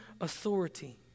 authority